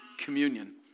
communion